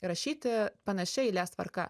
rašyti panašia eilės tvarka